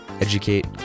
educate